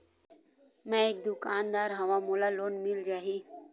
मै एक दुकानदार हवय मोला लोन मिल जाही?